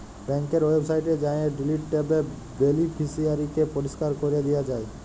ব্যাংকের ওয়েবসাইটে যাঁয়ে ডিলিট ট্যাবে বেলিফিসিয়ারিকে পরিষ্কার ক্যরে দিয়া যায়